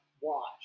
watch